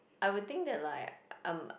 I would think that like I'm